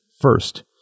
first